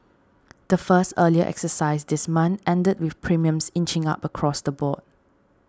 the first earlier exercise this month ended with premiums inching up across the board